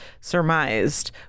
surmised